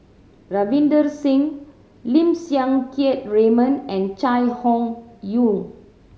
Ravinder Singh Lim Siang Keat Raymond and Chai Hon Yoong